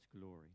glory